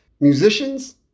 musicians